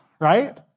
right